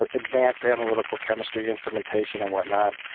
ah advanced analytical chemistry, instrumentation and whatnot.